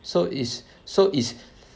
so is so is